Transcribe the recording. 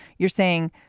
you're saying,